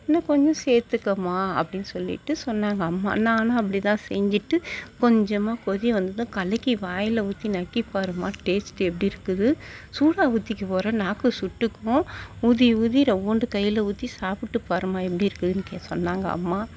இன்னும் கொஞ்சம் சேர்த்துக்கமா அப்படினு சொல்லிவிட்டு சொன்னாங்க அம்மா நானும் அப்படித்தான் செஞ்சுட்டு கொஞ்சமாக கொதி வந்ததும் கலக்கி வாயில் ஊற்றி நக்கி பாரும்மா டேஸ்ட்டு எப்படிருக்குது சூடாக ஊற்றிக்க போகிற நாக்கு சுட்டுக்கும் ஊதி ஊதி ரவ்வோண்டு கையில் ஊற்றி சாப்பிட்டு பாரும்மா எப்படிருக்குதுனு சொன்னாங்க அம்மா